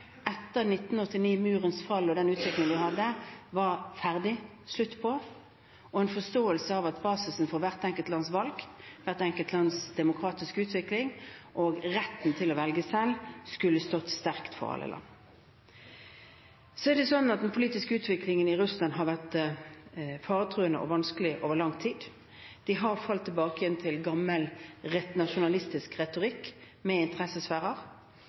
etter 1989, med murens fall og den utviklingen vi hadde, og at forståelsen at basisen for hvert enkelt lands valg, hvert enkelt lands demokratiske utvikling og retten til å velge selv, skulle stått sterkt for alle land. Den politiske utviklingen i Russland har vært faretruende og vanskelig over lang tid. De har falt tilbake igjen til gammel nasjonalistisk retorikk med interessesfærer.